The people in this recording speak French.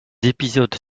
épisodes